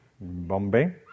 Bombay